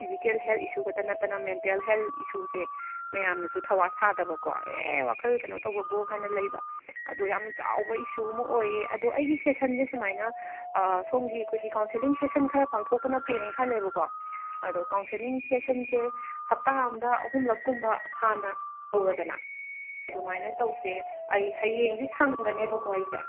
physical health issue ꯈꯛꯇ ꯅꯠꯇꯅ mental health ꯏꯁꯨꯁꯦ ꯃꯌꯥꯝꯅꯁꯨ ꯊꯧꯋꯥ ꯁꯥꯗꯕꯀꯣ ꯑꯦ ꯋꯥꯈꯜ ꯀꯩꯅꯣ ꯇꯧꯕꯕꯨ ꯍꯥꯏꯅ ꯂꯩꯕ ꯑꯗꯣ ꯌꯥꯝ ꯆꯥꯎꯕ ꯏꯁꯨ ꯑꯃ ꯑꯣꯏ ꯑꯗꯣ ꯑꯩꯒꯤ ꯁꯦꯁꯟꯁꯦ ꯁꯨꯃꯥꯏꯅ ꯁꯣꯝꯒꯤ ꯑꯩꯈꯣꯏꯒꯤ ꯀꯥꯎꯟꯁꯦꯂꯤꯡ ꯁꯦꯁꯟ ꯈꯔ ꯄꯥꯡꯊꯣꯛꯄꯅ ꯐꯩ ꯍꯥꯏꯅ ꯈꯜꯂꯦꯕꯀꯣ ꯑꯗꯣ ꯀꯥꯎꯟꯁꯦꯂꯤꯡ ꯁꯦꯁꯟꯁꯦ ꯍꯞꯇꯥ ꯑꯃꯗ ꯑꯍꯨꯝꯂꯛ ꯀꯨꯝꯕ ꯍꯥꯟꯅ ꯇꯧꯔꯣꯗꯅ ꯑꯗꯨꯃꯥꯏꯅ ꯇꯧꯁꯦ ꯑꯩ ꯍꯌꯦꯡꯗꯤ ꯁꯪꯒꯅꯦꯕꯀꯣ ꯑꯩꯁꯦ